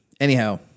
anyhow